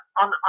on